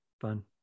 fun